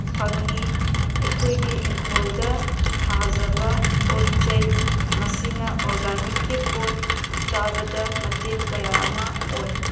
ꯐꯪꯏ ꯑꯩꯈꯣꯏꯒꯤ ꯏꯪꯈꯣꯜꯗ ꯊꯥꯖꯕ ꯄꯣꯠ ꯆꯩ ꯃꯁꯤꯅ ꯑꯣꯔꯒꯥꯟꯅꯤꯛꯀꯤ ꯄꯣꯠ ꯆꯥꯕꯗ ꯃꯇꯦꯡ ꯀꯌꯥ ꯑꯃ ꯑꯣꯏ